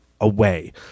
away